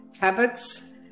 habits